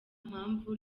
mpamvu